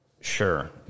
sure